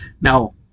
now